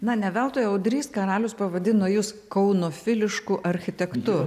na ne veltui audrys karalius pavadino jus kaunofilišku architektu